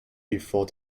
before